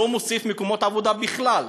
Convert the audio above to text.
לא מוסיף מקומות עבודה בכלל.